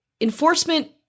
enforcement